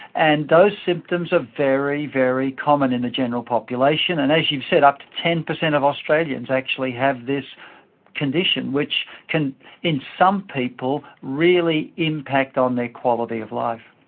and those symptoms are very, very common in the general population. and as you've said, up to ten percent of australians actually have this condition which can in some people really impact on their quality of life.